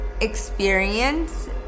experience